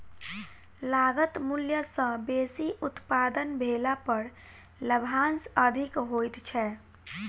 लागत मूल्य सॅ बेसी उत्पादन भेला पर लाभांश अधिक होइत छै